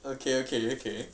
okay okay okay